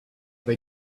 they